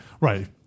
right